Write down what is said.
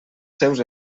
seus